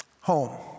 Home